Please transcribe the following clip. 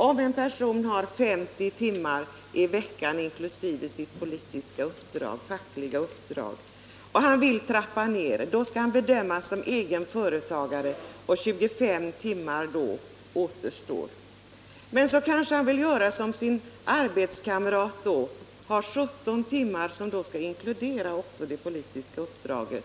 Om en person har 50 timmars arbetstid i veckan, inkl. sitt politiska eller fackliga uppdrag, och vill trappa ned arbetstiden till hälften skall han bedömas som egen företagare. 25 timmar återstår efter denna nedtrappning. Om han sedan vill göra som sin arbetskamrat, ha 17 timmars arbetstid, som då inkluderar också det politiska eller fackliga